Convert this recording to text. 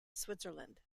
switzerland